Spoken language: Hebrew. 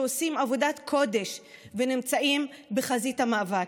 שעושים עבודת קודש ונמצאים בחזית המאבק.